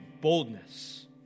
boldness